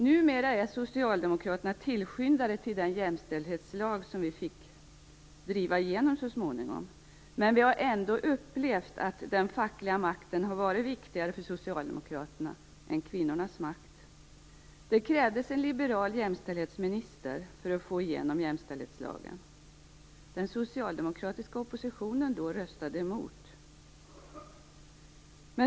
Numera är socialdemokraterna tillskyndare till den jämställdhetslag vi fick driva igenom så småningom, men vi har ändå upplevt att den fackliga makten har varit viktigare för socialdemokraterna än kvinnors makt. Det krävdes en liberal jämställdhetsminister för att få igenom jämställdhetslagen. Den socialdemokratiska oppositionen röstade emot.